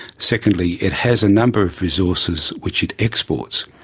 secondly it has a number of resources which it exports.